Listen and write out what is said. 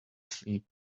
sleep